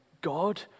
God